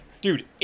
Dude